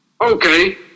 Okay